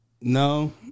no